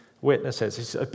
witnesses